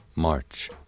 March